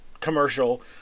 commercial